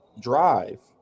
drive